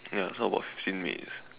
ya so about fifteen minutes